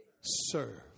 serve